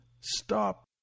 Stop